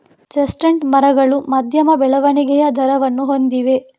chestnut ಮರಗಳು ಮಧ್ಯಮ ಬೆಳವಣಿಗೆಯ ದರವನ್ನು ಹೊಂದಿವೆ